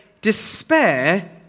despair